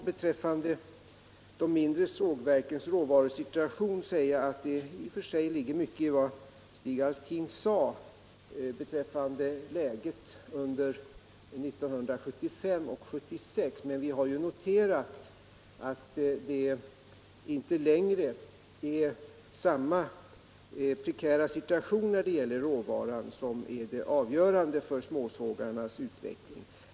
Beträffande de mindre sågverkens råvarusituation ligger det i och för sig mycket i vad Stig Alftin sade om läget under 1975 och 1976. Men vi har ju noterat att det inte längre är samma prekära situation när det gäller råvaran, som är avgörande för småsågarnas utveckling.